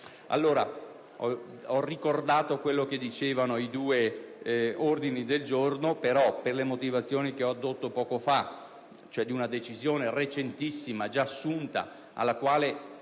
Ho ricordato quanto prevedono i due ordini del giorno, però, per le motivazioni che ho addotto poco fa, cioè una decisione recentissima già assunta, alla quale